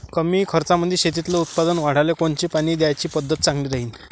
कमी खर्चामंदी शेतातलं उत्पादन वाढाले कोनची पानी द्याची पद्धत चांगली राहीन?